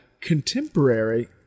contemporary